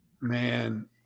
Man